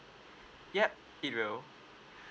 yup it will